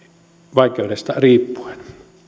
vaikeudesta riippuen